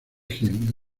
hill